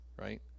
right